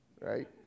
right